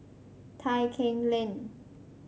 Tai Keng Lane